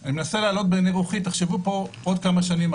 שאני מנסה לעלות בעיני רוחי עוד כמה שנים,